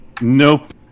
Nope